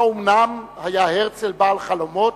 האומנם היה הרצל בעל חלומות,